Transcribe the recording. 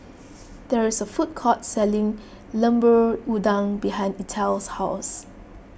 there is a food court selling Lemper Udang behind Ethyle's house